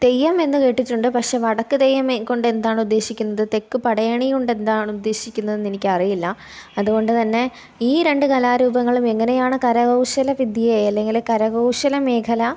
തെയ്യം എന്ന് കേട്ടിട്ടുണ്ട് പക്ഷെ വടക്ക് തെയ്യം കൊണ്ട് എന്താണുദ്ദേശിക്കുന്നത് തെക്ക് പടയണി കൊണ്ട് എന്താണുദ്ദേശിക്കുന്നത് എന്ന് എനിക്കറിയില്ല അതുകൊണ്ട് തന്നെ ഈ രണ്ട് കലാരൂപങ്ങളും എങ്ങനെയാണ് കരകൗശല വിദ്യയെ അല്ലെങ്കിൽ കരകൗശല മേഖല